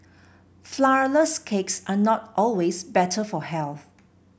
flourless cakes are not always better for health